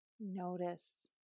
Notice